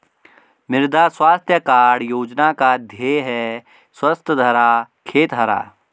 मृदा स्वास्थ्य कार्ड योजना का ध्येय है स्वस्थ धरा, खेत हरा